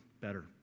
better